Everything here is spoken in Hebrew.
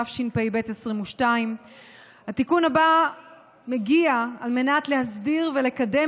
התשפ"ב 2022. התיקון הבא מגיע על מנת להסדיר ולקדם